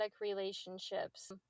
relationships